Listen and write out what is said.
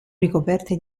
ricoperte